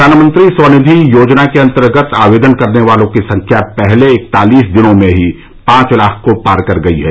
प्रधानमंत्री स्वनिधि योजना के अंतर्गत आवेदन करने वालों की संख्या पहले इकतालीस दिनों में ही पांच लाख को पार कर गई है